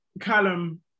Callum